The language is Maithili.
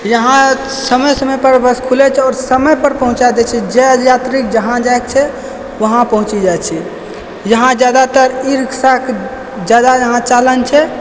यहाँ समय समयपर बस खुलै छै आओर समयपर पहुँचा दै छै जाहि यात्रीके जहाँ जाइके छै वहाँ पहुँची जाइ छै यहाँ जादातर ई रिक्शाके जादा यहाँ चलन छै